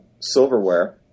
silverware